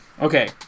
Okay